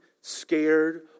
scared